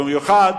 במיוחד